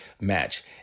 match